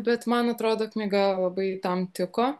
bet man atrodo knyga labai tam tiko